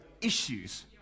issues